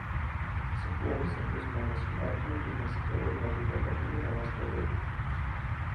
suplovus indus mama su martinu imasi toliau niokoti apatinį vonios kambarį